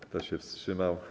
Kto się wstrzymał?